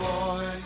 Boy